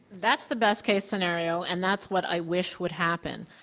that's the best-case scenario, and that's what i wish would happen.